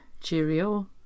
Cheerio